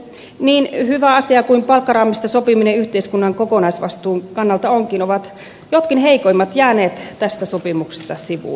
niin hyvä asia kuin palkkaraamista sopiminen yhteiskunnan kokonaisvastuun kannalta onkin ovat jotkut heikoimmat jääneet tästä sopimuksesta sivuun